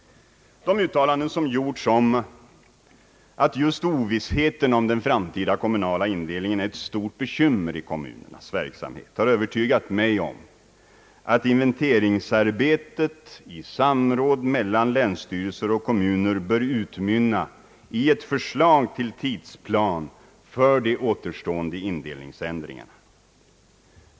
De uttalanden som gjorts om att just ovissheten beträffande den framtida kommunala indelningen utgör ett stort bekymmer i kommunernas verksamhet har övertygat mig om att inventeringsarbetet i samråd mellan länsstyrelser och kommuner bör utmynna i ett förslag till tidsplan för de återstående indelningsändringarna.